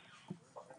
לסיכום.